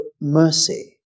mercy